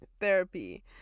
therapy